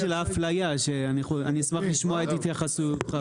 האפליה שאני אשמח לשמוע את התייחסותך.